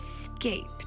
escaped